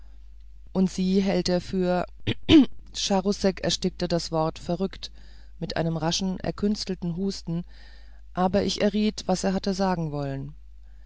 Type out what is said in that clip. und sie hält er für charousek erstickte das wort verrückt mit einem raschen erkünstelten husten aber ich erriet was er hatte sagen wollen